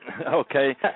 Okay